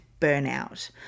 burnout